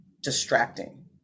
distracting